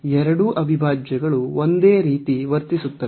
ಎರಡೂ ಅವಿಭಾಜ್ಯಗಳು ಒಂದೇ ರೀತಿ ವರ್ತಿಸುತ್ತವೆ